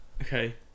okay